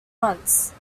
once